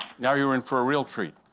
now you're in for a real treat.